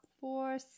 four